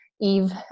Eve